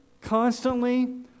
constantly